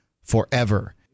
forever